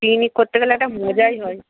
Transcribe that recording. picnic করতে গেলে একটা মজাই হয়